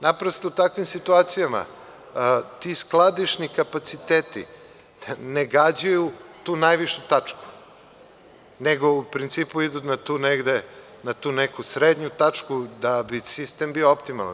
Naprosto, u takvim situacijama, ti skladišni kapaciteti ne gađaju tu najvišu tačku, nego u principu idu na tu neku srednju tačku, da bi sistem bio optimalan.